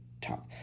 top